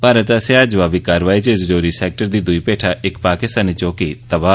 भारत आसेया जवाबी कारवाई च राजौरी सैक्टर दी दूई भेठा इक पाकिस्तानी चौकी तबाह